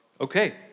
okay